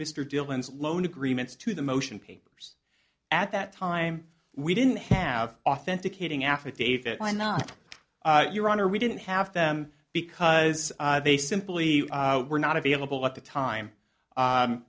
mr dylan's loan agreements to the motion papers at that time we didn't have authenticating affidavit why not your honor we didn't have them because they simply were not available at the time